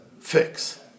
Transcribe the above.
fix